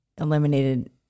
eliminated